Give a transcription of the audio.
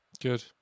Good